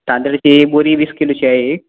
तांदळाची एक बोरी वीस किलोची आहे एक